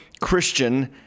Christian